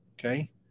Okay